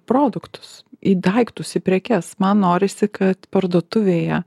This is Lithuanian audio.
produktus į daiktus į prekes man norisi kad parduotuvėje